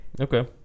Okay